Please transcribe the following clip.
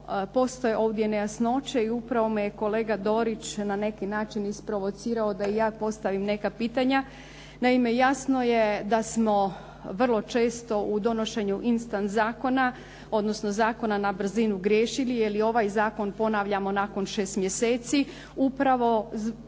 postoje ovdje nejasnoće i upravo me je kolega Dorić na neki način isprovocirao da i ja postavim neka pitanja. Naime, jasno je da smo vrlo često u donošenju instant zakona, odnosno zakona na brzinu griješili, jer je ovaj zakon ponavljamo nakon 6 mjeseci upravo